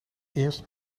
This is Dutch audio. eerst